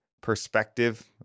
perspective